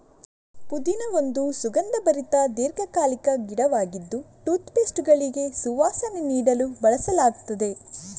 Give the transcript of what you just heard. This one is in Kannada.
ಪುದೀನಾ ಒಂದು ಸುಗಂಧಭರಿತ ದೀರ್ಘಕಾಲಿಕ ಗಿಡವಾಗಿದ್ದು ಟೂತ್ ಪೇಸ್ಟುಗಳಿಗೆ ಸುವಾಸನೆ ನೀಡಲು ಬಳಸಲಾಗ್ತದೆ